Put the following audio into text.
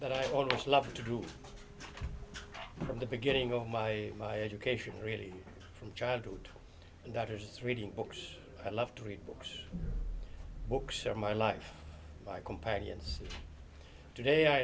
that i always loved to do from the beginning of my my education really from childhood doctors reading books i love to read books books are my life my companions today i